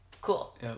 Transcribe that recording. Cool